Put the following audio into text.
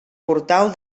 portal